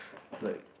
it's like